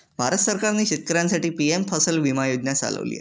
भारत सरकारने शेतकऱ्यांसाठी पी.एम फसल विमा योजना चालवली आहे